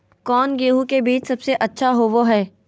कौन गेंहू के बीज सबेसे अच्छा होबो हाय?